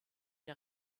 der